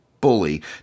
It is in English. bully